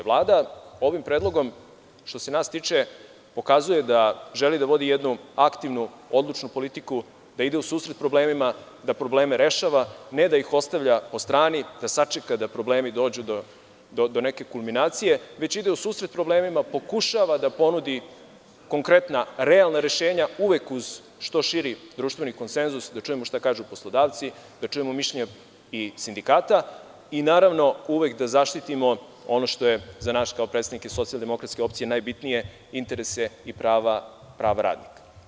Vlada ovim predlogom, što se nas tiče, pokazuje da želi da vodi jednu aktivnu, odlučnu politiku, da ide u susret problemima, da probleme rešava, a ne da ih ostavlja po strani, da sačeka da problemi dođu do neke kulminacije, već ide u susret problemima, pokušava da ponudi konkretna i realna rešenja uvek uz što širi društveni konsenzus, da čujemo šta kažu poslodavci, da čujemo mišljenja i sindikata i, naravno, uvek da zaštitimo ono što je za nas kao predstavnike socijaldemokratske opcije najbitnije – interese i prava radnika.